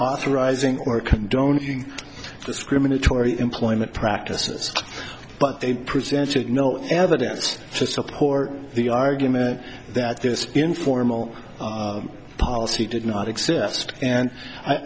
authorizing or condone discriminatory employment practices but they presented no evidence to support the argument that this informal policy did not exist and